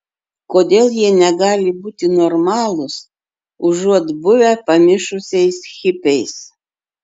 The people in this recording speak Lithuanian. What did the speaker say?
kodėl jie negali būti normalūs užuot buvę pamišusiais hipiais